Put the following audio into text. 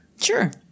Sure